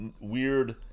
weird